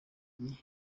gihe